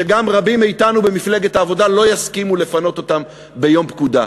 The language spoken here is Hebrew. שגם רבים מאתנו במפלגת העבודה לא יסכימו לפנות אותן ביום פקודה.